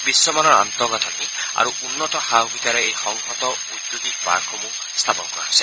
বিশ্বমানৰ আন্তঃগাঁথনি আৰু উন্নত সা সুবিধাৰে এই সংহত উদ্যোগী পাৰ্কসমূহ স্থাপন কৰা হৈছে